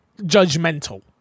Judgmental